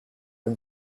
and